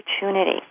opportunity